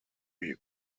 you